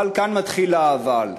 אבל כאן מתחיל ה"אבל".